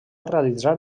realitzar